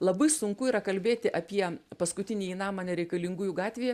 labai sunku yra kalbėti apie paskutinįjį namą nereikalingųjų gatvėje